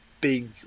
big